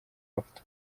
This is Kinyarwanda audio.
bafite